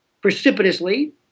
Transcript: precipitously